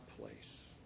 place